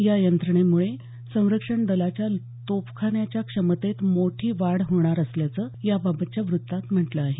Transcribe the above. या यंत्रणेमुळे संरक्षण दलाच्या तोफखान्याच्या क्षमतेत मोठी वाढ होणार असल्याचं याबाबतच्या व्रत्तात म्हटलं आहे